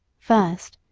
first,